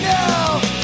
now